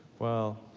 well,